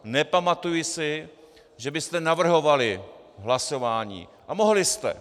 Nepamatuji si, že byste navrhovali hlasování, a mohli jste.